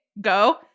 go